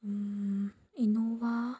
Innova